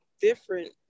different